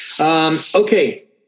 Okay